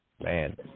Man